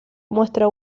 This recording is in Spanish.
muestra